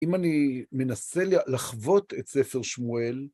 אם אני מנסה לחוות את ספר שמואל,